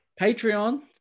Patreon